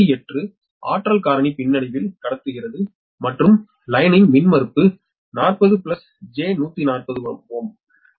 8 சக்தி காரணி பின்னடைவில் கடத்துகிறது மற்றும் வரியின் மின்மறுப்பு 40 ஜே 140Ω டி